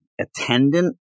attendant